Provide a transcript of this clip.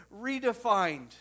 redefined